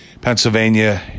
Pennsylvania